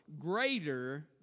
greater